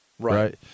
Right